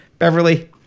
Beverly